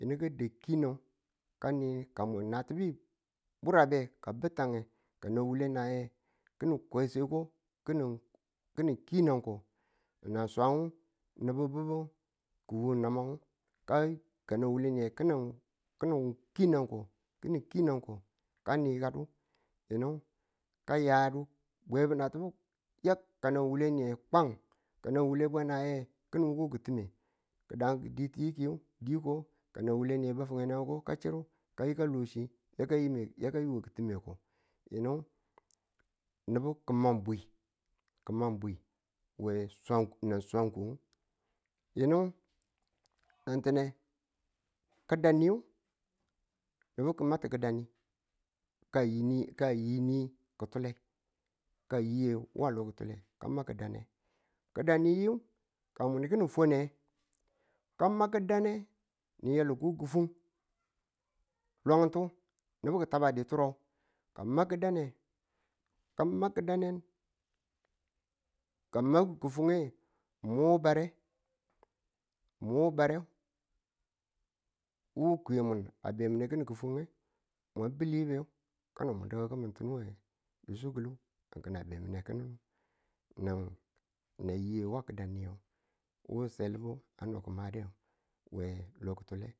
yinu ka da kinu ka ni ka mun natibu burub nge ka yitta nge kanan wule naye ki̱nin kwase ko ki̱nin ki nang ko nan swang nububu ki̱ wu namang. Ka nan wuleniye ki̱nin ki nang ko ki̱ni nang ko kang ni yikado yinu ka yayado bwebu natubu kwan ka nan wule bwenayege ki̱nin wuko ki̱time diwuko ka nan wule niye ba finenanko ka chiru ka yika lochi yaka yo ki̱time ko yinu nubu ki man bwi nan swangu yinu ti̱ntine ki̱daniyu nubu ki̱ nga ti ki̱dani ka yini ki̱tule ka ma ki̱dane. ki̱daniyi ka mwan ki̱ni fwane ka ba ki̱dane ni yalu ko kufon longutu nubu ki̱ tabi turub ka ng ma kidane ka ma kidane ka a ma kofon nge mwan wu bare mwan wu bare wo kwiyemun a be mwun ki̱nin ki̱fwiyung mwa bel yibiyu kano mu di̱ki̱mintinang we dusugulu ki̱n a be mun ki̱nin ki̱ne nan yiye wa ki̱dani ngw wu selibu a no ki̱made we lo ki̱tule